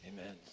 Amen